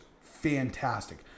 fantastic